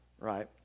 right